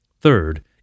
Third